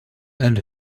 and